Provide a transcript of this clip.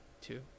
two